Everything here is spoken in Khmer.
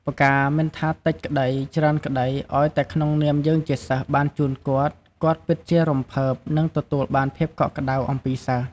ផ្កាមិនថាតិចក្តីច្រើនក្តីឱ្យតែក្នុងនាមយើងជាសិស្សបានជូនគាត់ គាត់ពិតជារំភើប និងទទួលបានភាពកក់ក្តៅអំពីសិស្ស។